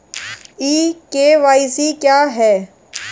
ई KYC क्या है?